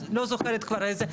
לא זוכרת כבר איזה,